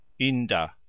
Inda